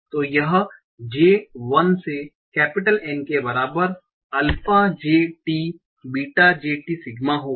तो यह j 1 से N के बराबर alpha j t beta j t sigma होगा